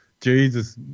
Jesus